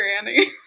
granny